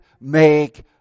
make